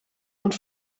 und